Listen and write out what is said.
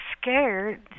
scared